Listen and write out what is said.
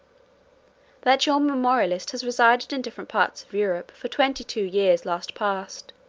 that your memorialist has resided in different parts of europe for twenty-two years last past,